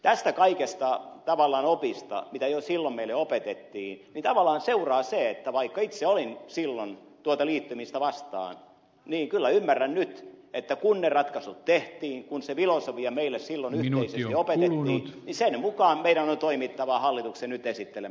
tästä kaikesta tavallaan opista mitä jo silloin meille opetettiin tavallaan seuraa se että vaikka itse olin silloin tuota liittymistä vastaan niin kyllä ymmärrän nyt että kun ne ratkaisut tehtiin kun se filosofia meille yhteisesti opetettiin niin sen mukaan meidän on toimittava hallituksen nyt esittelemällä tavalla